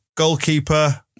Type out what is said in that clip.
Goalkeeper